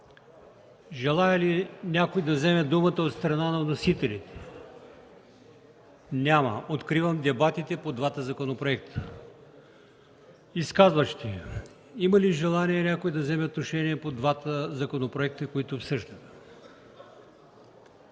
Желае ли някой да вземе думата от страна на вносителите? Няма желаещи. Откривам дебатите по двата законопроекта. Има ли желание някой да вземе отношение по двата законопроекта, които обсъждаме?